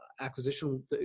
acquisition